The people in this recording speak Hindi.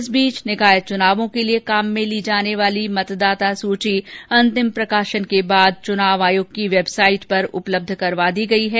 इस बीच निकाय चुनावों के लिए काम में ली जाने वाली मतदाता सूची अंतिम प्रकाशन के बाद चुनाव आयोग की वेबसाइट पर उपलब्ध करवा दी गई है